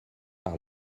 par